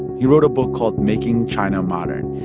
he wrote a book called making china modern.